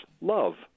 love